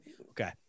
okay